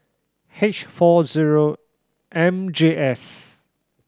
H four zero M J S